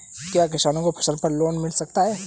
क्या किसानों को फसल पर लोन मिल सकता है?